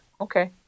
Okay